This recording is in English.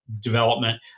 development